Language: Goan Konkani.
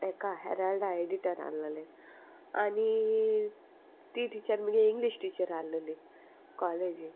एका हेराल्डा एडिटर आहलोले आनी ती टिचर म्हुगे इंग्लीश टिचर आहलोली कॉलेजीन